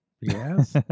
yes